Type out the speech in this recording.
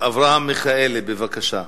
אברהם מיכאלי, בבקשה.